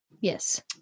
yes